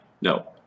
no